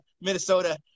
Minnesota